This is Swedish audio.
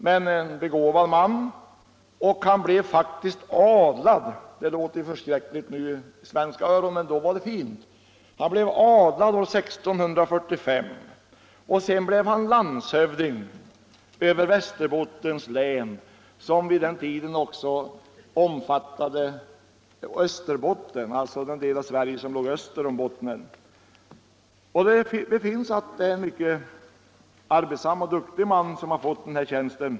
Men han var en begåvad man och blev faktiskt adlad. Det låter förskräckligt nu i svenska öron, men då var det fint. Han adlades år 1645 och sedan blev han landshövding över Västerbottens län, som vid den tiden också omfattade Österbotten, alltså den del av Sverige som låg öster om Bottnen. Det framgår av handlingarna att det var en mycket arbetsam och duktig man som sålunda fick landshövdingtjänsten.